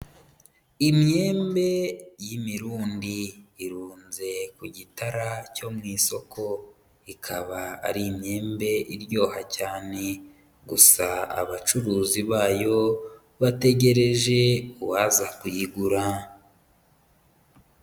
Imyembe y'imirundi irunze ku gitara cyo mu isoko, ikaba ari imyembe iryoha cyane, gusa abacuruzi bayo bategereje uwaza kuyigura.